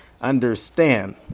understand